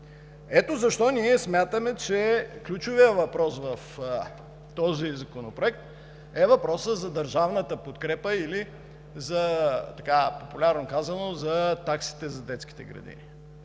Ето защо смятаме, че ключовият въпрос в този законопроект е въпросът за държавната подкрепа или, популярно казано, таксите за детските градини.